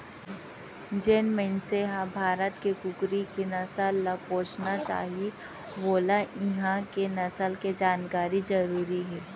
जेन मनसे ह भारत के कुकरी के नसल ल पोसना चाही वोला इहॉं के नसल के जानकारी जरूरी हे